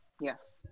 Yes